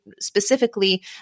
specifically